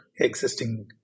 existing